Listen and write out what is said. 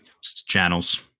channels